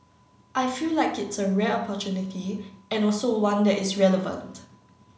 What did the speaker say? I feel like it's a rare opportunity and also one that is relevant